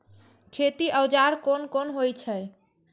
खेती औजार कोन कोन होई छै?